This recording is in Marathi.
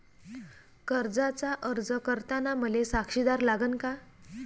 कर्जाचा अर्ज करताना मले साक्षीदार लागन का?